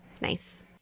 Nice